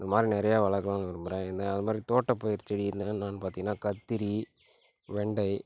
இந்தமாதிரி நிறையா வளர்க்கணுன்னு விரும்புகிறேன் ஏன்னா அதமாதிரி தோட்ட பயிர் செடி என்னான்னு பார்த்திங்கன்னா கத்திரி வெண்டை